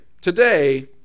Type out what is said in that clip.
Today